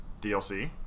DLC